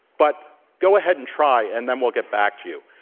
but go ahead and try, and then we'll get back to you.